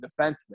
defenseman